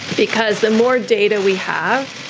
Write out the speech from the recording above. because the more data we have,